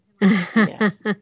Yes